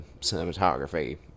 cinematography